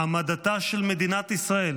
העמדתה של מדינת ישראל,